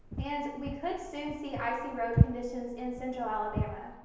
and we could soon see icy road conditions in central alabama.